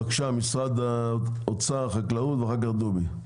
בבקשה, משרד האוצר, החקלאות, אחר כך דובי.